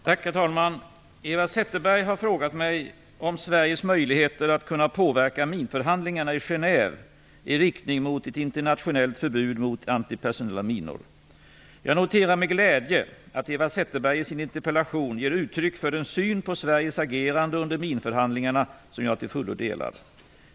Herr talman! Eva Zetterberg har frågat mig om Sveriges möjligheter att kunna påverka minförhandlingarna i Genève i riktning mot ett internationellt förbud mot antipersonella minor. Jag noterar med glädje att Eva Zetterberg i sin interpellation ger uttryck för en syn på Sveriges agerande under minförhandlingarna som jag till fullo delar.